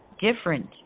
different